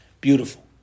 Beautiful